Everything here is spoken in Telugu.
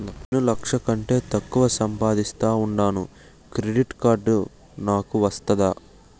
నేను లక్ష కంటే తక్కువ సంపాదిస్తా ఉండాను క్రెడిట్ కార్డు నాకు వస్తాదా